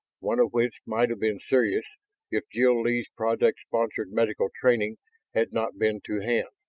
one of which might have been serious if jil-lee's project-sponsored medical training had not been to hand.